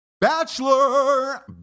bachelor